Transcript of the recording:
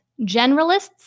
Generalists